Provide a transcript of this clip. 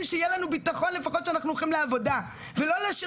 שיהיה לנו ביטחון לפחות כשאנחנו הולכים לעבודה.." ולא להשאיר